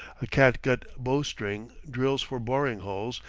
a catgut bowstring drills for boring holes,